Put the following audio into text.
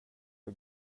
för